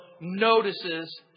notices